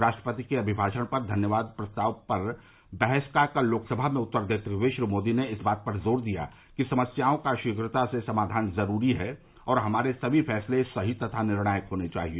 राष्ट्रपति के अमिमाषण पर धन्यवाद प्रस्ताव पर बहस का कल लोकसभा में उत्तर देते हुए श्री मोदी ने इस बात पर जोर दिया कि समस्याओं का शीघ्रता से समाधान जरूरी है और हमारे सभी फैसले सही तथा निर्णायक होने चाहिए